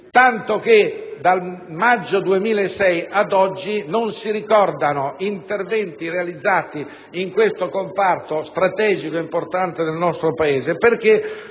tanto che dal maggio 2006 ad oggi non si ricordano interventi realizzati in questo comparto strategico e importante del nostro Paese,